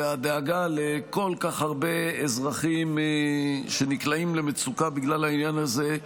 הדאגה לכל כך הרבה אזרחים שנקלעים למצוקה בגלל העניין הזה,